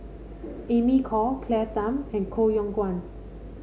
Amy Khor Claire Tham and Koh Yong Guan